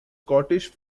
scottish